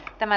tämä